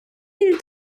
will